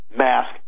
mask